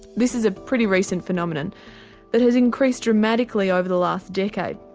this is a pretty recent phenomenon that has increased dramatically over the last decade.